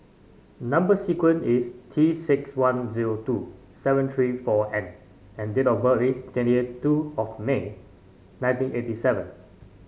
number sequence is T six one zero two seven three four N and date of birth is twenty two of May nineteen eighty seven